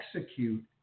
execute